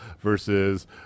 versus